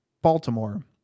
Baltimore